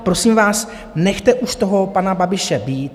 Prosím vás, nechte už toho pana Babiše být.